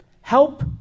help